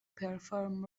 perform